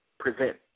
present